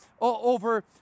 over